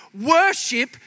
worship